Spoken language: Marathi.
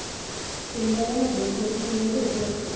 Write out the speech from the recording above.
शेंगदाण्यामध्ये प्रोटीन लेयर भरपूर असते